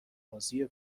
بازی